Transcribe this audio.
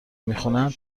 میخونن